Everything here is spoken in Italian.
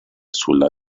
sulla